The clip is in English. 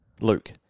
Luke